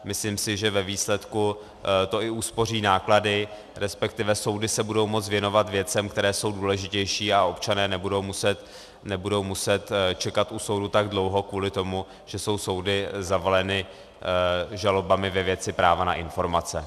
Myslím si, že ve výsledku to i uspoří náklady, respektive soudy se budou moct věnovat věcem, které jsou důležitější, a občané nebudou muset čekat u soudu tak dlouho kvůli tomu, že soudy jsou zavaleny žalobami ve věci práva na informace.